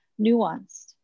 nuanced